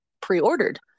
pre-ordered